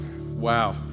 Wow